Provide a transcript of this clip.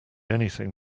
anything